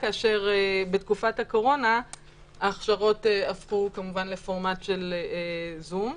כאשר בתקופת הקורונה ההכשרות הפכו כמובן לפורמט של זום.